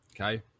Okay